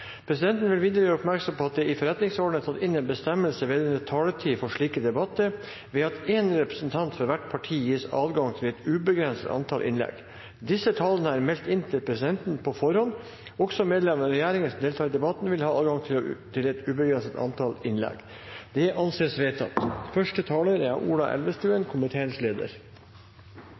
Presidenten vil videre gjøre oppmerksom på at det i Stortingets forretningsorden er tatt inn en bestemmelse vedrørende taletid for slike debatter, ved at én representant for hvert parti gis adgang til et ubegrenset antall innlegg. Disse talerne er meldt inn til presidenten på forhånd. Også medlemmer av regjeringen som deltar i debatten, vil ha adgang til et ubegrenset antall innlegg. – Det anses vedtatt.